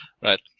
Right